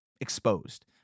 exposed